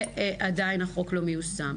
ועדיין החוק לא מיושם.